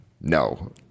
no